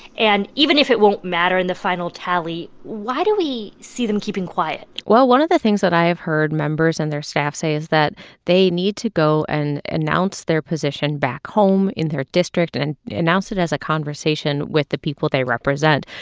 and even if it won't matter in the final tally, why do we see them keeping quiet? well, one of the things that i have heard members and their staff say is that they need to go and announce their position back home in their district and announce it as a conversation with the people they represent.